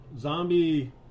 zombie